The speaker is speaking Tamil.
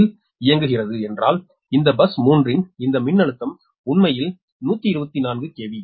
யில் இயங்குகிறது என்றால் இந்த பஸ் 3 இன் இந்த மின்னழுத்தம் உண்மையில் 124 KV